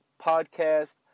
podcast